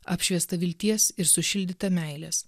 apšviesta vilties ir sušildyta meilės